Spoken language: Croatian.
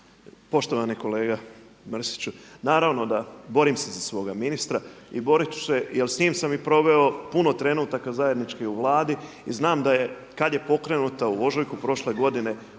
Poštovani kolega Mrsiću naravno da borim se za svoga ministra i borit ću se jer s njim sam i proveo puno trenutaka zajedničkih u Vladi i znam kad je pokrenuta u ožujsku prošle godine ova